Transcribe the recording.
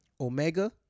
Omega